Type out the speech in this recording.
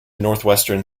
northwestern